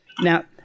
Now